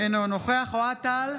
אינו נוכח אוהד טל,